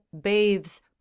bathes